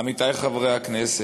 עמיתי חברי הכנסת,